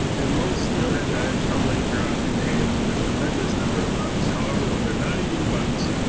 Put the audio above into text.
and most steelhead diets from lake huron contain a tremendous number of bugs. however, when they're not eating bugs,